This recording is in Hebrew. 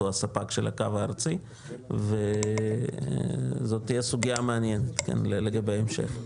או הספק של הקו הארצי וזאת תהיה סוגיה מעניינית לגבי ההמשך,